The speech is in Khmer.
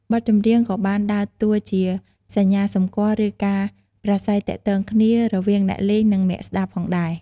បទច្រៀងក៏បានដើរតួជា សញ្ញាសម្គាល់ ឬការប្រាស្រ័យទាក់ទងគ្នា រវាងអ្នកលេងនិងអ្នកស្តាប់ផងដែរ។